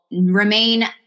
remain